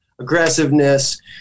aggressiveness